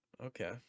Okay